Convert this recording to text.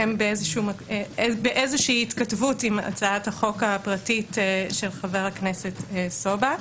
הם באיזושהי התכתבות עם הצעת החוק הפרטית של חבר הכנסת סובה.